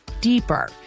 deeper